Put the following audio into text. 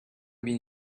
been